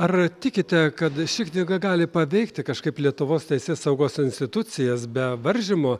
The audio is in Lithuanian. ar tikite kad ši knyga gali paveikti kažkaip lietuvos teisėsaugos institucijas be varžymo